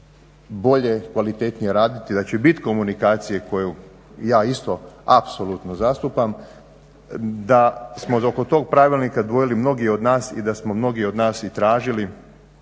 bolje, kvalitetnije raditi, da će biti komunikacije koju ja isto apsolutno zastupam, da smo oko toga Pravilnika dvojili mnogi od nas i da smo mnogi od nas i tražili